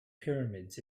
pyramids